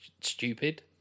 stupid